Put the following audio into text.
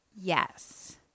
Yes